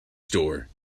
store